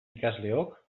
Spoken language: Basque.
ikasleok